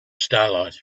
starlight